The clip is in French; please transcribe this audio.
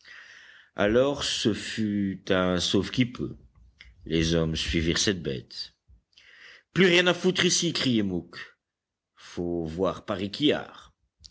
alors ce fut un sauve-qui-peut les hommes suivirent cette bête plus rien à foutre ici criait mouque faut voir